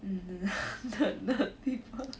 mm the nerd people